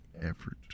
effort